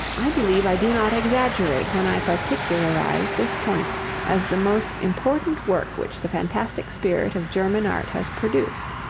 i believe i do not exaggerate when i particularize this point as the most important work which the fantastic spirit of german art has produced.